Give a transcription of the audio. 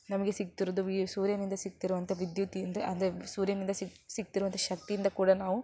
ನಮಗೆ ಸಿಗ್ತಿರೋದು ವಿ ಸೂರ್ಯನಿಂದ ಸಿಗ್ತಿರುವಂತ ವಿದ್ಯುತ್ ಎಂದರೆ ಅಂದರೆ ಸೂರ್ಯನಿಂದ ಸಿಗ ಸಿಗ್ತಿರುವಂತ ಶಕ್ತಿಯಿಂದ ಕೂಡ ನಾವು